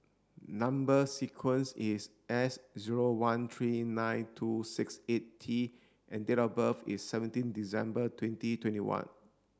number sequence is S zero one three nine two six eight T and date of birth is seventeen December twenty twenty one